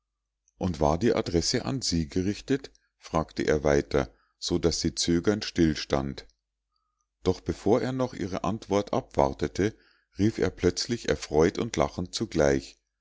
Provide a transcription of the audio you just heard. und war die adresse an sie gerichtet fragte er weiter so daß sie zögernd still stand doch bevor er noch ihre antwort abwartete rief er plötzlich erfreut und lachend zugleich